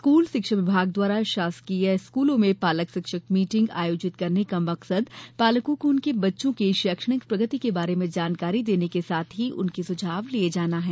school शिक्षा विभाग द्वारा शासकीय स्कूलों में पालक शिक्षक मीटिंग आयोजित करने का मकसद पालकों को उनके बच्चों की शैक्षणिक प्रगति के बारे में जानकारी देने के साथ ही उनके सुझाव लिये जाना है